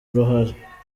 uruhare